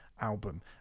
album